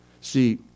See